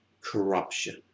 corruption